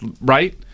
right